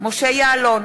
משה יעלון,